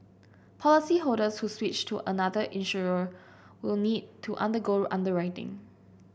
policyholders who switch to another insurer will need to undergo underwriting